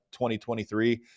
2023